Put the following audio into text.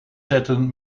zetten